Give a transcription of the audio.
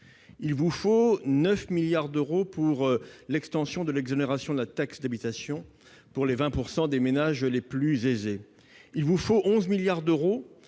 il vous faut 9 milliards d'euros pour l'extension de l'exonération de la taxe d'habitation pour les 20 % des ménages les plus aisés ; il vous faut 11 milliards d'euros